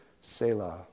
Selah